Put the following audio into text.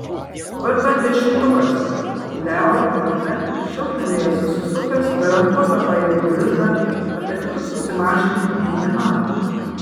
vp dešimtukas leo lt šiltnamyje susisukęs garantuotą pajamų lizdą apetitų susimažinti nė nemano